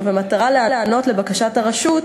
ובמטרה להיענות לבקשת הרשות,